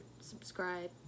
subscribe